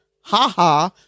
haha